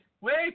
Wait